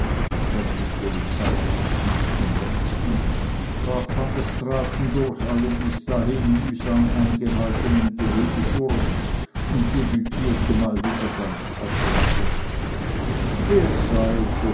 das des polizeirats hielt sich am längsten brach van der straaten durch alle bis dahin mühsam eingehaltenen gehege durch und debutierte mal wieder ganz als er selbst er